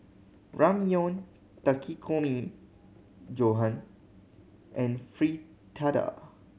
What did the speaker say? Ramyeon Takikomi Gohan and Fritada